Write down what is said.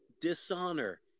dishonor